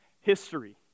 history